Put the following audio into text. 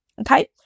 Okay